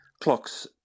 clocks